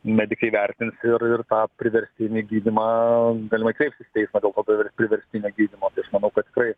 medikai įvertins ir ir tą priverstinį gydymą galimai kreipsis į teismą dėl to kad priverstinį gydymą tai aš manau kad tikrai